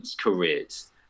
careers